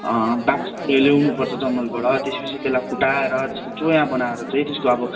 बाँसहरू ल्याउनुपर्छ जङ्गलबाट त्यसपछि त्यसलाई फुटाएर त्यसको चोया बनाएर चाहिँ त्यसको अब